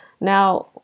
Now